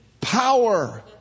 power